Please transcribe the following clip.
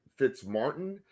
Fitzmartin